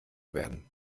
werden